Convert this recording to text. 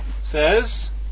says